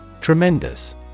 Tremendous